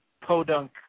Podunk